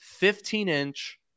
15-inch